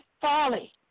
folly